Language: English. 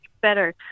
better